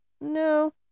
No